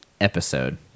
episode